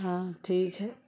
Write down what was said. हाँ ठीक है